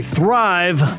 Thrive